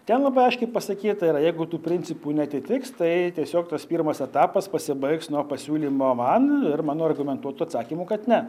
ten labai aiškiai pasakyta yra jeigu tų principų neatitiks tai tiesiog tas pirmas etapas pasibaigs nuo pasiūlymo man ir mano argumentuotų atsakymų kad ne